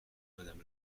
madame